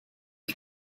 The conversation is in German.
ich